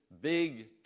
big